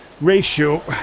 ratio